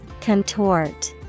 Contort